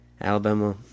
Alabama